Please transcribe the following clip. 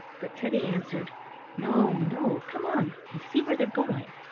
but teddy answered no, no! come on and see where they're going.